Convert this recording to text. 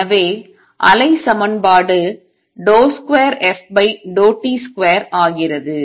எனவே அலை சமன்பாடு 2ft2 ஆகிறது